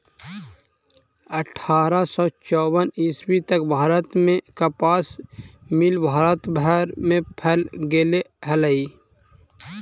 अट्ठारह सौ चौवन ईस्वी तक भारत में कपास मिल भारत भर में फैल गेले हलई